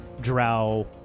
drow